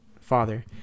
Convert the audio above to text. father